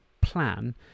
plan